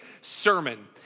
sermon